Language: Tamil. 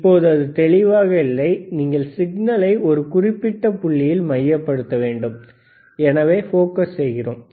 இப்போது அது தெளிவாக இல்லை நீங்கள் சிக்னலை ஒரு குறிப்பிட்ட புள்ளியில் மையப்படுத்த வேண்டும் எனவே போகஸ் செய்கிறோம்